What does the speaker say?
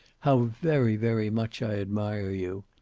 how very, very much i admire you.